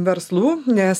verslų nes